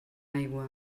aigua